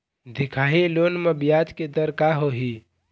दिखाही लोन म ब्याज के दर का होही?